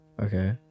okay